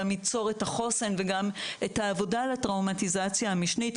ייצור את החוסן וגם את העבודה על הטראומטיזציה המשנית,